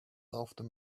after